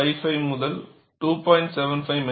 55 முதல் 2